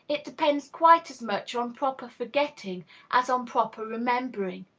it depends quite as much on proper forgetting as on proper remembering.